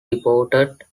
deported